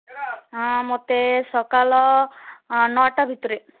ହଁ ମୋତେ ସକାଲ ନଅଟା ଭିତରେ